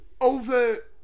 Over